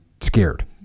scared